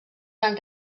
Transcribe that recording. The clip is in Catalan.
han